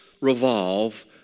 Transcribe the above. revolve